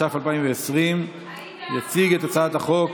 התש"ף 2020. יציג את הצעת החוק